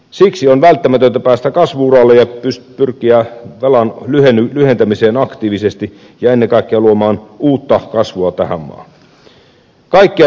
siksi on välttämätöntä päästä kasvu uralle ja pyrkiä velan lyhentämiseen aktiivisesti ja ennen kaikkea luomaan uutta kasvua tähän maahan